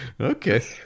okay